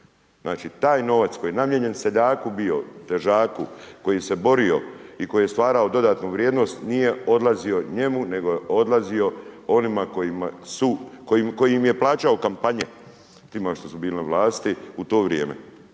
Znači taj novac koji je namijenjen seljaku bio, težaku koji se borio i koji je stvarao dodatnu vrijednost nije odlazio njemu, nego je odlazio onima koji su, koji im je plaćao kampanje, tima što su bili na vlasti u to vrijeme.